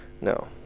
No